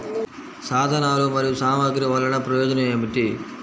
సాధనాలు మరియు సామగ్రి వల్లన ప్రయోజనం ఏమిటీ?